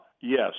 Yes